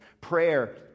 prayer